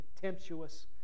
contemptuous